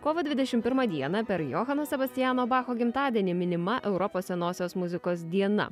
kovo dvidešimt pirmą dieną per johano sebastiano bacho gimtadienį minima europos senosios muzikos diena